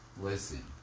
listen